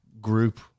group